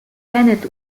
bennet